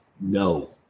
no